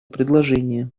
предложение